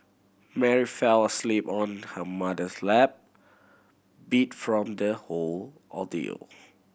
Mary fell asleep on her mother's lap beat from the whole ordeal